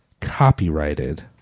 copyrighted